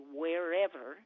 wherever